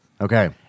Okay